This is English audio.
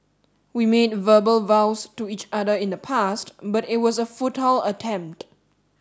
we made verbal vows to each other in the past but it was a futile attempt